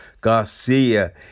Garcia